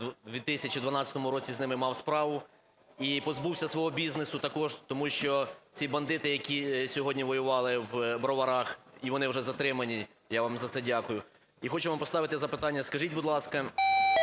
в 2012 році з ними мав справу і позбувся свого бізнесу також, тому що ці бандити, які сьогодні воювали в Броварах, і вони вже затримані, я вам за це дякую. І хочу вам поставити запитання. Скажіть, будь ласка,